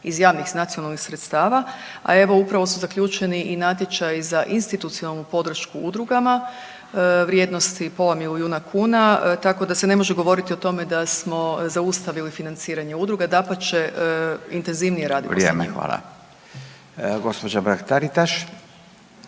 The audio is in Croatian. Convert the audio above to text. iz javnih nacionalnih sredstava, a evo, upravo su zaključeni i natječaji za institucionalnu podršku udrugama vrijednosti pola milijuna kuna, tako da se ne može govoriti o tome da smo zaustavili financiranje udruga, dapače, intenzivnije radimo s njima. **Radin, Furio